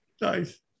Nice